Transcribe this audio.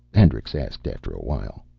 hendricks asked after awhile.